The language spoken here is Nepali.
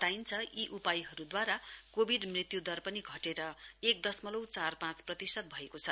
बताइन्छ यी उपायहरूद्वारा कोविड मृत्यु दर पनि घटेर एक दशमलङ चार पाँच प्रतिशत भएको छ